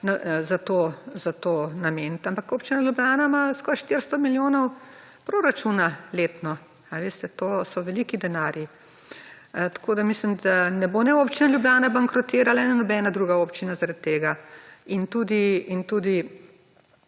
za to nameniti, ampak občina Ljubljana ima skoraj 400 milijonov proračuna letno, a veste. To so veliki denarji. Tako, da mislim, da ne bo ne občina Ljubljana bankrotirala ne nobena druga občina zaradi tega. In tudi